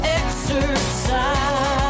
exercise